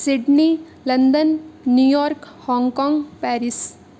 Sydney London New York Hong Kong Paris